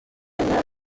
alla